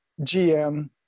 GM